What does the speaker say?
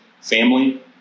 family